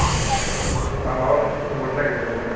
आं माबा मोनसे सोंहरनो नागिरदोंमोनलै